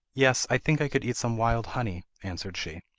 yes, i think i could eat some wild honey answered she.